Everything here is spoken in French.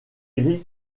grille